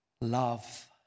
love